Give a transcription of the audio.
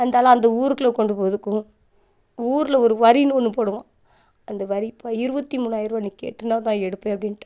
அந்தால அந்த ஊருக்குள்ளே கொண்டு போகிறதுக்கும் ஊரில் ஒரு வரின்னு ஒன்று போடுவான் அந்த வரி இருபத்தி மூணாயிருபா நீ கெட்டினா தான் எடுப்பேன் அப்படின்டான்